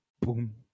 boom